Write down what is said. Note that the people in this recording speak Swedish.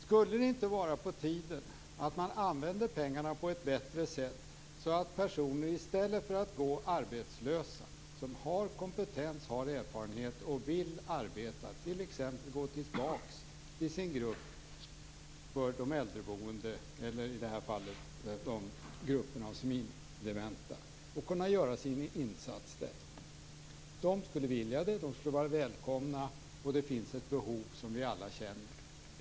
Skulle det inte vara på tiden att använda pengarna på ett bättre sätt, så att personer i stället för att gå arbetslösa, som har kompetens, erfarenhet och vill arbeta, t.ex. får gå tillbaka till sina grupper för de äldreboende eller senildementa och göra sina insatser där? De skulle vilja det. De skulle vara välkomna, och det finns ett behov.